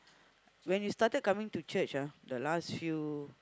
when you started coming to church ah the last few